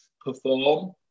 perform